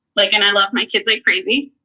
like, and i love my kids like crazy.